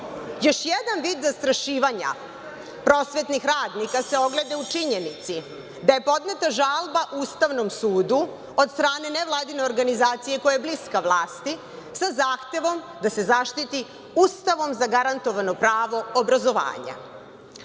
jedan vid zastrašivanja prosvetnih radnika se ogleda u činjenici da je podneta žalba Ustavnom sudu od strane nevladine organizacije koja je bliska vlasti sa zahtevom da se zaštiti Ustavom zagarantovano pravo obrazovanja.